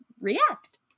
react